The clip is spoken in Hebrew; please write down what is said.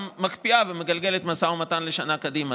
מקפיאה ומגלגלת את המשא ומתן לשנה קדימה.